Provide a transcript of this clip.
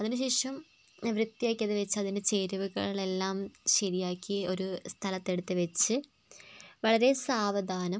അതിനുശേഷം വൃത്തിയാക്കി അത് വെച്ച് അതിൻ്റെ ചേരുവകളെല്ലാം ശരിയാക്കി ഒരു സ്ഥലത്തെടുത്ത് വെച്ച് വളരെ സാവധാനം